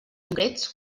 concrets